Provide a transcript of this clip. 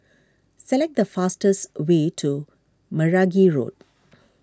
select the fastest way to Meragi Road